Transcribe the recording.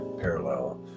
parallel